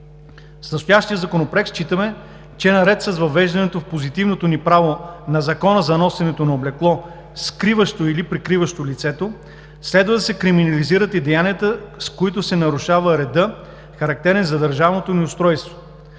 С настоящия Законопроект считаме, че наред с въвеждането в позитивното ни право на Закона за носенето на облекло, скриващо или прикриващо лицето, следва да се криминализират и деянията, с които се нарушава редът, характерен за държавното ни устройство,